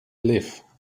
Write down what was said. live